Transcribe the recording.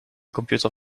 computer